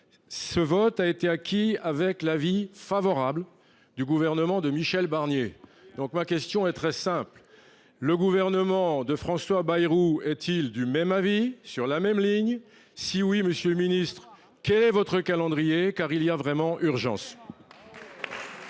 Ce vote a été acquis avec l’avis favorable du gouvernement de Michel Barnier. Très bien ! Ma question est très simple : le gouvernement de François Bayrou est il du même avis, sur la même ligne ? Si oui, monsieur le ministre, quel est votre calendrier ? Il y a vraiment urgence